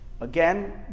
Again